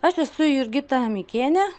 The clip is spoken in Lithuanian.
aš esu jurgita mikienė